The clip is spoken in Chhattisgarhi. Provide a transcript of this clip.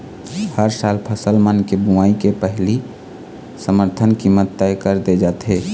हर साल फसल मन के बोवई के पहिली समरथन कीमत तय कर दे जाथे